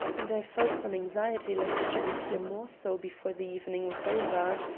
and i felt some anxiety lest it should appear more so before the evening was over.